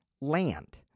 land